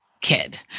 kid